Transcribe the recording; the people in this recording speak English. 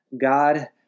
God